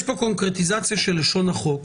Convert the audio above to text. יש פה קונקרטיזציה של לשון החוק.